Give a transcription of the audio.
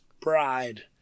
bride